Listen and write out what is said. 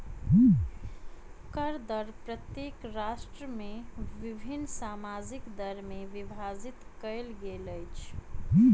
कर दर प्रत्येक राष्ट्र में विभिन्न सामाजिक दर में विभाजित कयल गेल अछि